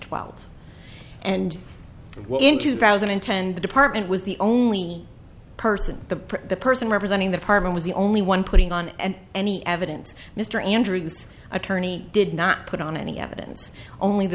twelve and in two thousand and ten the department was the only person the person representing the partner was the only one putting on and any evidence mr andrews attorney did not put on any evidence only the